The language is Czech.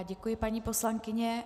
Děkuji, paní poslankyně.